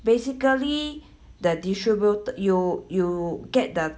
basically the distributed you you get the